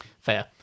Fair